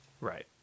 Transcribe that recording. right